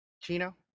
Chino